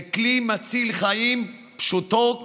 זה כלי מציל חיים, פשוטו כמשמעו.